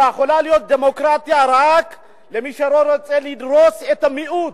יכולה להיות דמוקרטיה רק למי שלא רוצה לדרוס את המיעוט.